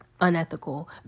unethical